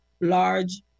large